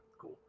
cool